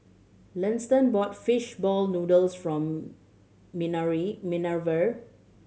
Liston bought fish ball noodles from Minerva